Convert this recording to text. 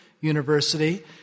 University